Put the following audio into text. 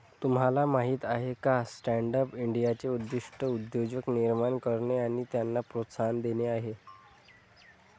तुम्हाला माहीत आहे का स्टँडअप इंडियाचे उद्दिष्ट उद्योजक निर्माण करणे आणि त्यांना प्रोत्साहन देणे आहे